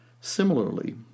Similarly